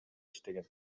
иштеген